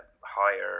higher